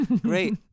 Great